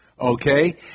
okay